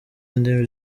ndimi